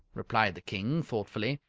replied the king, thoughtfully,